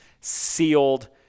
sealed